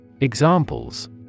Examples